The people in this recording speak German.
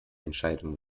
entscheidung